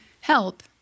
help